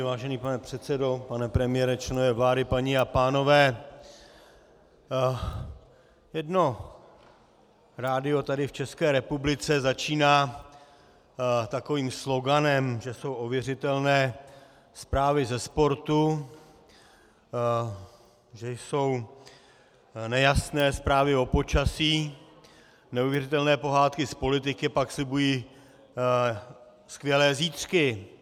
Vážený pane předsedo, pane premiére, členové vlády, paní a pánové, jedno rádio tady v České republice začíná takovým sloganem, že jsou ověřitelné zprávy ze sportu, že jsou nejasné zprávy o počasí a neuvěřitelné pohádky z politiky pak slibují skvělé zítřky.